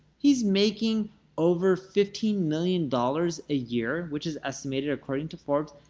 he's making over fifteen million dollars a year, which is estimated, according to forbes,